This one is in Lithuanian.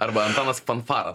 arba antanas fanfara